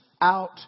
out